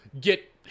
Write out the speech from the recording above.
get